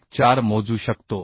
14 मोजू शकतो